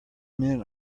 men